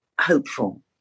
hopeful